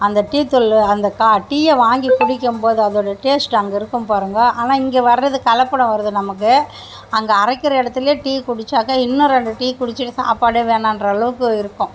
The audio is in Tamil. அந்த டீ தூள் அந்த டீயை வாங்கி குடிக்கும்போது அதோட டேஸ்ட் அங்கே இருக்கும் பாருங்கள் இங்கே ஆனால் வர்றது கலப்படம் வருது நமக்கு அங்கே அரைக்கிற இடத்துலே டீ குடித்தாக்கா இன்னும் ரெண்டு டீ குடிச்சுட்டு சாப்பாடு வேணாம்ன்ற அளவுக்கு இருக்கும்